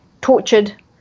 tortured